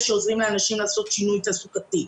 שעוזרים לאנשים לעשות שינוי תעסוקתי.